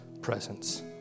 presence